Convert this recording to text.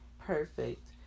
perfect